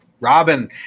Robin